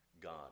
God